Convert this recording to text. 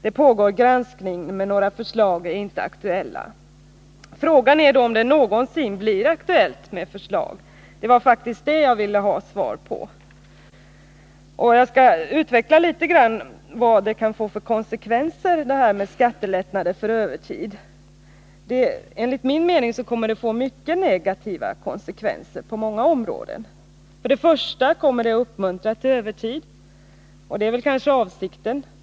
Det pågår granskning men några förslag är inte aktuella. Frågan är då om det någonsin blir aktuellt med förslag — det var faktiskt den frågan jag ville ha svar på. Jag skall något utveckla vad skattelättnader för övertidsarbete kan få för konsekvenser. Enligt min mening kommer det att få mycket negativa konsekvenser på många områden. För det första kommer det att uppmuntra till övertid, och det är väl kanske avsikten.